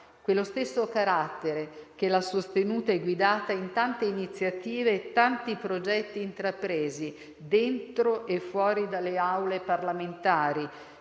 Quello stesso carattere che l'ha sostenuta e guidata in tante iniziative e tanti progetti intrapresi, dentro e fuori dalle Aule parlamentari,